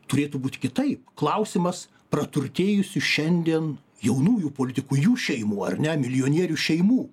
turėtų būt kitaip klausimas praturtėjusių šiandien jaunųjų politikų jų šeimų ar ne milijonierių šeimų